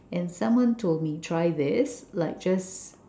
and someone told me try this like just